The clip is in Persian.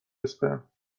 اسپرم